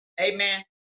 Amen